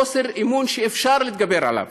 חוסר אמון שאפשר להתגבר עליו.